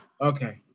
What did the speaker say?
Okay